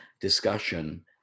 discussion